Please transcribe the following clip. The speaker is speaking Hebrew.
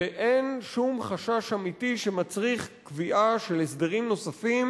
ואין שום חשש אמיתי שמצריך קביעה של הסדרים נוספים